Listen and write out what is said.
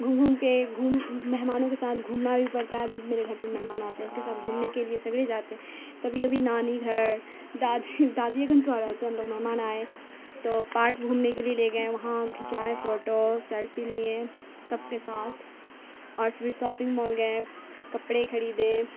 گھوم گھوم کے گھوم مہمانوں کے ساتھ گھومنا بھی پڑتا ہے جب میرے گھر پہ مہمان آتے ہیں اس کے ساتھ گھومنے کے لیے سویرے جاتے ہیں کبھی کبھی نانی گھر دادی دادی گھر تھوڑا رہتے ہیں ہم لوگ مہمان آئے تو پارک گھومنے کے لیے لے گئے وہاں گھنچائے فوٹو سیلفی لیے سب کے ساتھ اور پھر شاپنگ مال گئے کپڑے خریدے